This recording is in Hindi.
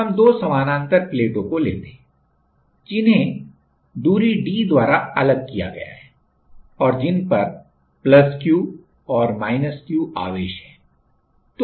अब हम दो समानांतर प्लेटों को लेते है जिन्हें दूरी d द्वारा अलग किया गया है और जिन पर Q और Q आवेश हैं